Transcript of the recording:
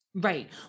Right